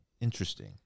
interesting